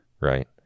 right